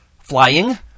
flying